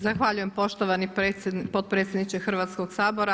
Zahvaljujem poštovani potpredsjedniče Hrvatskog sabora.